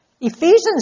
Ephesians